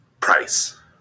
Price